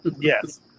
yes